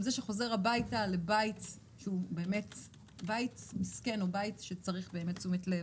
עם זה שהוא חוזר לבית מסכן שצריך באמת תשומת לב.